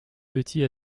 petits